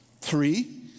Three